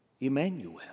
Emmanuel